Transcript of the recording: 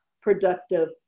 productive